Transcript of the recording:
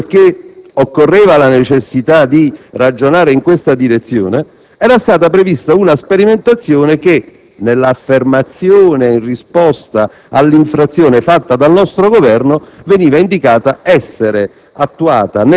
proprio perché occorreva ragionare in questa direzione, era stata prevista una sperimentazione che, nell'affermazione in risposta all'infrazione fatta dal nostro Governo, veniva indicata essere